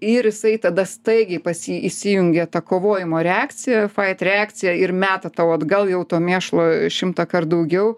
ir jisai tada staigiai pas jį įsijungia ta kovojimo reakcija fait reakcija ir meta tau atgal jau to mėšlo šimtąkart daugiau